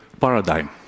paradigm